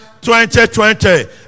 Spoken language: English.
2020